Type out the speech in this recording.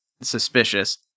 suspicious